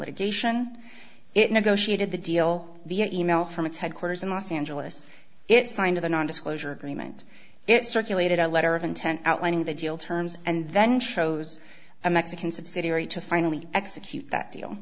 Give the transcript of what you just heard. litigation it negotiated the deal via e mail from its headquarters in los angeles it signed the non disclosure agreement it circulated a letter of intent outlining the deal terms and then shows a mexican subsidiary to finally execute that deal